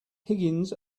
higgins